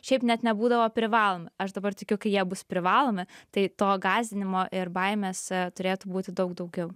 šiaip net nebūdavo privalomi aš dabar tikiu kai jie bus privalomi tai to gąsdinimo ir baimės turėtų būti daug daugiau